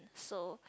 so